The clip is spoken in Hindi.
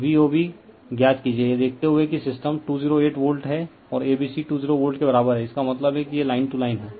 तो VOB ज्ञात कीजिए यह देखते हुए कि सिस्टम 208 वोल्ट है और A B C 208 वोल्ट के बराबर है इसका मतलब है कि यह लाइन टू लाइन है